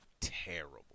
terrible